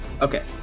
Okay